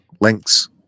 links